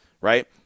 right